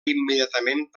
immediatament